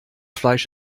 fleisch